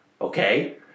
Okay